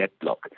deadlock